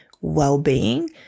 well-being